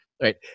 right